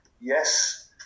yes